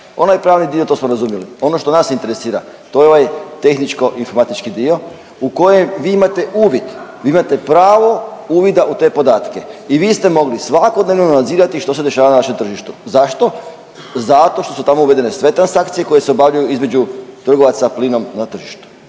Onaj pravni dio, to smo razumjeli, ono što nas interesira, to je ovaj tehničko-informatički dio u kojem vi imate uvid, vi imate pravo uvida u te podatke i vi ste mogli svakodnevno nadzirati što se događa na našem tržištu. Zašto? Zato što su tamo uvedene sve transakcije koje se obavljaju između trgovaca plinom na tržištu.